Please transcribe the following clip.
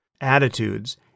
attitudes